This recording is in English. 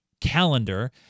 calendar